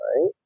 right